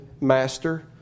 Master